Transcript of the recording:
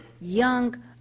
young